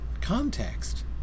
context